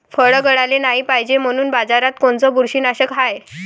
फळं गळाले नाही पायजे म्हनून बाजारात कोनचं बुरशीनाशक हाय?